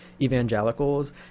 evangelicals